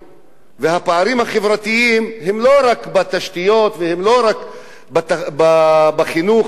הפערים החברתיים הם לא רק בתשתיות והם לא רק בחינוך ובתרבות,